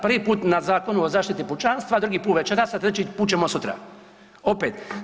Prvi put na Zakonu o zaštiti pučanstva, drugi put večeras, a treći put ćemo sutra opet.